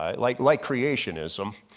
ah like like creationism